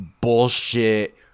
bullshit